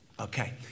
Okay